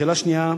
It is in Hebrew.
השאלה השנייה,